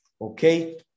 Okay